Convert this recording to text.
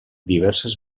diverses